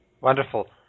Wonderful